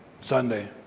Sunday